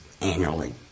annually